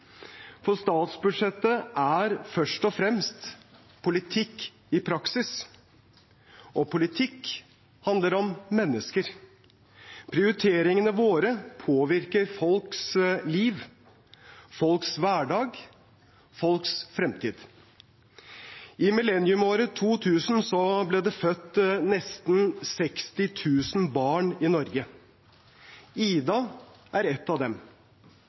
for statsbudsjettet er først og fremst politikk i praksis, og politikk handler om mennesker. Prioriteringene våre påvirker folks liv, folks hverdag og folks fremtid. I millenniumsåret 2000 ble det født nesten 60 000 barn i Norge. Ida er ett av dem.